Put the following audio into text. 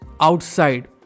outside